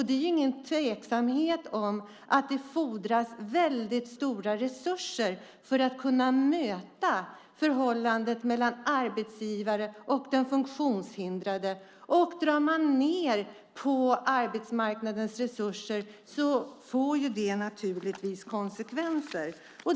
Det råder ingen tvekan om att det fordras stora resurser för att kunna möta förhållandet mellan arbetsgivare och den funktionshindrade. Om man drar ned på arbetsmarknadens resurser får det naturligtvis konsekvenser.